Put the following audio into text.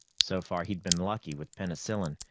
so far, he'd been lucky with penicillin,